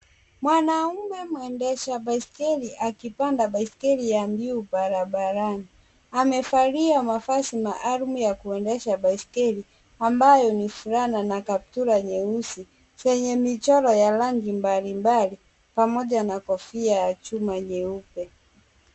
Mwanaume mwendesha baiskeli, akipanda baiskeli ya mbio barabarani. Amevalia mavazi maalum ya kuendesha baiskeli ambayo ni fulana na kaptura nyeusi zenye michoro ya rangi mbalimbali pamoja na kofia ya chuma nyeupe.